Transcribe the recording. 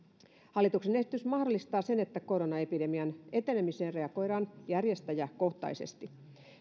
hallituksen esitys mahdollistaa sen että koronaepidemian etenemiseen reagoidaan järjestäjäkohtaisesti